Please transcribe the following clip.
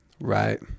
Right